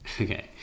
Okay